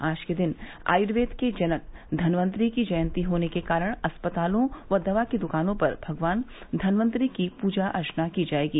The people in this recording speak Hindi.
आज के दिन आयुर्वेद के जनक धन्वंतरी की जयंती होने के कारण अस्पतालों व दवा की दुकानों पर भगवान धन्वंतरी की पूजा अर्चना की जाएगी